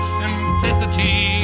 simplicity